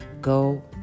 go